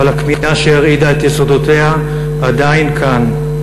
אבל הכמיהה שהרעידה את יסודותיה עדיין כאן.